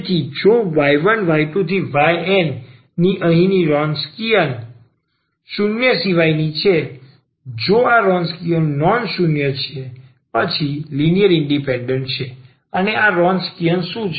તેથી જો આ y1 y2 yn ની અહીંની ર્રોન્સકિઅન શૂન્ય સિવાયની છે જો આ ર્રોન્સકિઅન નોન શૂન્ય છે પછી તેઓ લિનિયર ઇન્ડિપેન્ડન્ટ છે અને આ ર્રોન્સકિઅન શું છે